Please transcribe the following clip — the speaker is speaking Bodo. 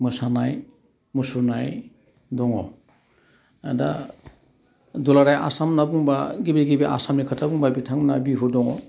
मोसानाइ मुसुरनाइ दङ दा दुलाराइ आसाम होन्ना बुंबा गिबि गिबि आसामनि खोथा बुंबा बिथांमोनहा बिहु दङ